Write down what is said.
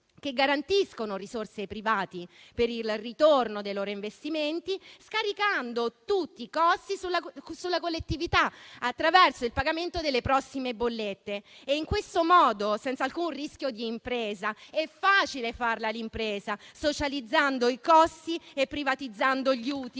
che garantiscono risorse ai privati per il ritorno dei loro investimenti, scaricando tutti i costi sulla collettività, attraverso il pagamento delle prossime bollette. In questo modo, senza alcun rischio di impresa, è facile farla l'impresa, socializzando i costi e privatizzando gli utili.